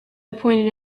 pointed